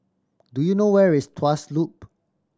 do you know where is Tuas Loop